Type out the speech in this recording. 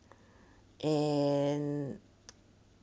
and